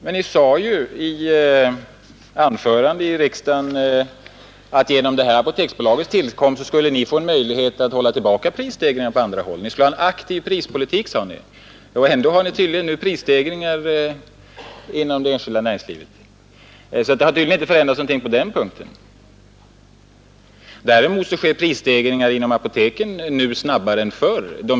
Men Ni har i Ert anförande i riksdagen sagt att genom Apoteksbolagets tillkomst skulle Ni få en möjlighet att hålla tillbaka prisstegringar på andra håll. Ni skulle ha en aktiv prispolitik. Men ändå har Ni tydligen nu prisstegringar inom läkemedelsindustrin. Det tycks alltså inte ha förändrat sig något på den punkten. Däremot sker prisstegringarna inom apoteken nu snabbare än förr.